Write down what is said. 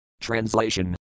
Translation